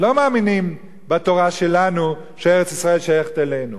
לא מאמינים בתורה שלנו, שארץ-ישראל שייכת לנו.